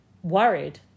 worried